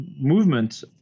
movement